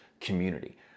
community